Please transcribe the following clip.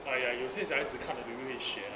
ah ya 有些小孩子看的 maybe 会学 ah